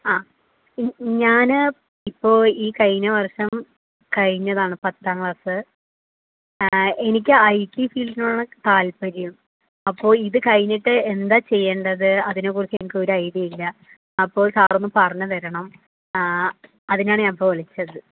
ആ ഞാനിപ്പോൾ ഈ കഴിഞ്ഞ വർഷം കഴിഞ്ഞതാണ് പത്താം ക്ലാസ് എനിക്ക് ഐ ടി ഫീൽഡിനോടാണ് താല്പര്യം അപ്പോൾ ഇതു കഴിഞ്ഞിട്ട് എന്താ ചെയ്യേണ്ടത് അതിനെ കുറിച്ചെനിക്ക് ഒരു ഐഡിയയില്ല അപ്പോൾ സാറൊന്നു പറഞ്ഞു തരണം അതിനാണ് ഞാനിപ്പോൾ വിളിച്ചത്